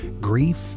grief